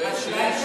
אין שר במליאה?